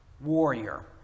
warrior